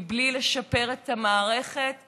מבלי לשפר את המערכת בכלום,